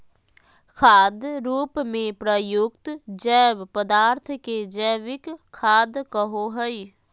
खाद रूप में प्रयुक्त जैव पदार्थ के जैविक खाद कहो हइ